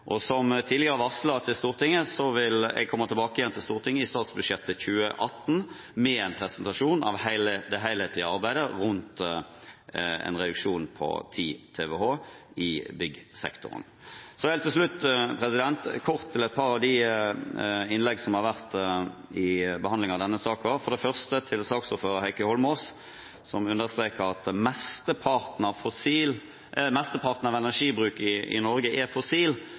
Som tidligere varslet til Stortinget vil jeg komme tilbake igjen i statsbudsjettet 2018 med en presentasjon av det helhetlige arbeidet rundt en reduksjon på 10 TWh i byggsektoren. Så helt til slutt kort til et par av innleggene i behandlingen av denne saken. Først til saksordføreren, Heikki Eidsvoll Holmås, som understreket at mesteparten av energibruken i Norge er fossil. Det er nok ikke korrekt – det er